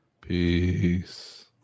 peace